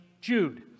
Jude